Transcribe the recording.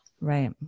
right